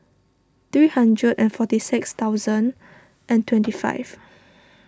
three hundred and forty six thousand and twenty five